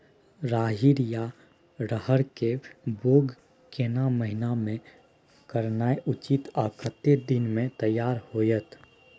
रहरि या रहर के बौग केना महीना में करनाई उचित आ कतेक दिन में तैयार होतय?